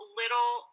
little